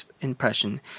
impression